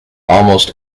almost